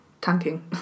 tanking